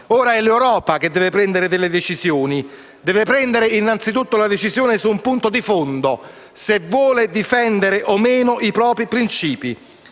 Ora è l'Europa che deve prendere delle decisioni. Innanzitutto, deve prendere una decisione su un punto di fondo: se vuole difendere o meno i propri principi.